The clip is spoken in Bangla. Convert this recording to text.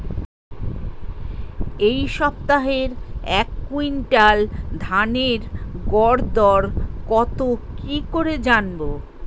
এই সপ্তাহের এক কুইন্টাল ধানের গর দর কত কি করে জানবো?